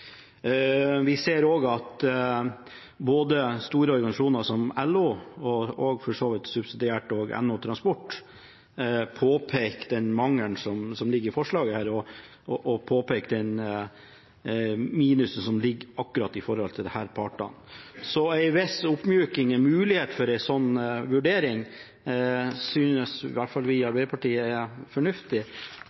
så vidt subsidiært NHO Transport påpeker den mangelen som ligger i forslaget, og påpeker det minuset som ligger akkurat relatert til disse partene. Så en viss oppmyking, en mulighet for en sånn vurdering, synes i hvert fall vi i Arbeiderpartiet er fornuftig,